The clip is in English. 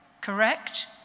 Correct